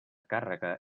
càrrega